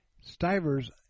Stivers